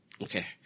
Okay